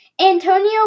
Antonio